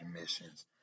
missions